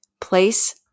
place